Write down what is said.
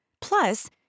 Plus